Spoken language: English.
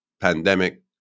pandemic